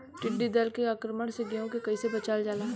टिडी दल के आक्रमण से गेहूँ के कइसे बचावल जाला?